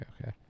Okay